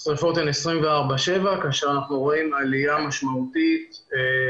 השריפות הן 24/7 כאשר אנחנו רואים עליה משמעותית גם